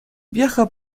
viaja